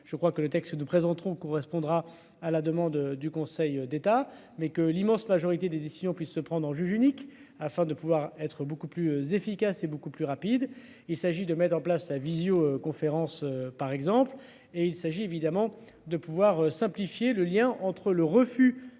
Je crois que le texte de présenteront correspondra à la demande du Conseil d'État, mais que l'immense majorité des décisions puissent se prendre en juge unique afin de pouvoir être beaucoup plus efficace et beaucoup plus rapide, il s'agit de mettre en place. Visio-conférence par exemple et il s'agit évidemment de pouvoir simplifier le lien entre le refus,